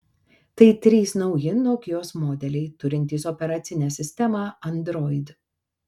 tai trys nauji nokios modeliai turintys operacinę sistemą android